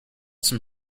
some